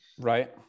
Right